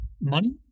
money